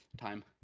time